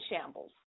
shambles